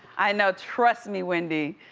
i know. trust me, wendy.